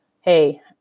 hey